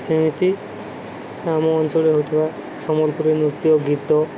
ସେମିତି ଆମ ଅଞ୍ଚଳରେ ହେଉଥିବା ସମ୍ବଲପୁରୀ ନୃତ୍ୟ ଗୀତ